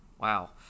wow